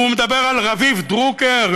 והוא מדבר על רביב דרוקר,